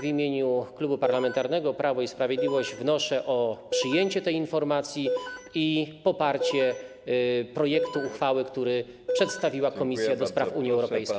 W imieniu Klubu Parlamentarnego Prawo i Sprawiedliwość wnoszę o przyjęcie tej informacji i poparcie projektu uchwały, który przedstawiła Komisja do Spraw Unii Europejskiej.